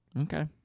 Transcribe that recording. okay